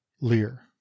Lear